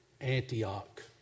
Antioch